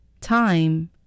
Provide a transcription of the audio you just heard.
Time